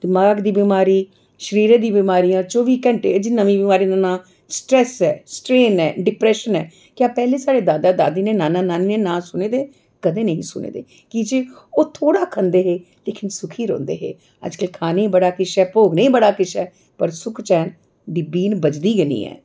दमाग दी बमारी शरीरा दी बमारी चौबी घैंटे अज्ज नमीं बमारी स्ट्रेस ऐ स्ट्रेन ऐ डिप्रेशन ऐ क्या पैह्लें साढ़े दादा दादी ने नाना नानी ने नांऽ सुने दे हे कदें निं सुने दे हे की जे ओह् थोह्ड़ा खंदे हे लेकिन सुखी रौंह्दे हे अज्जकल खाने गी बड़ा किश ऐ भोगने गी बड़ा किश ऐ पर सुख चैन दी बीन बजदी गै निं ऐ